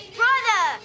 brother